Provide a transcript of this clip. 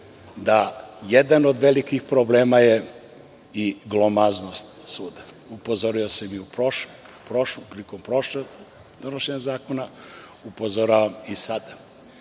da jedan od velikih problema je i glomaznost suda. Upozorio sam i prilikom prošlog donošenja zakona, upozoravam i sada,